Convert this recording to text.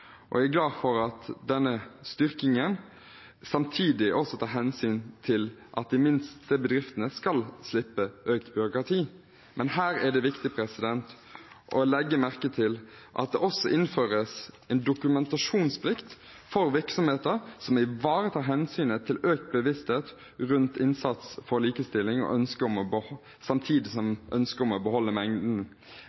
og jeg er glad for at styrkingen tar hensyn til at de minste bedriftene skal slippe økt byråkrati. Her er det viktig å legge merke til at det også innføres en dokumentasjonsplikt for virksomheter, som ivaretar hensynet til økt bevissthet rundt innsats for likestilling samtidig med ønsket om å